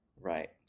right